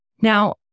Now